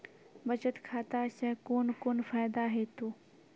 बचत खाता सऽ कून कून फायदा हेतु?